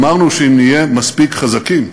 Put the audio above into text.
אמרנו שאם נהיה מספיק חזקים,